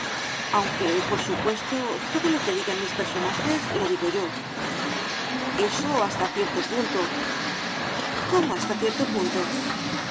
aunque por supuesto todo lo que digan mis personajes lo digo yo eso hasta cierto punto cómo hasta cierto punto